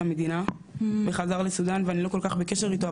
המדינה וחזר לסודן ואני לא כל כך בקשר אתו,